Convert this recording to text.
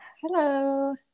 Hello